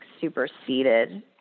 superseded